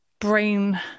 brain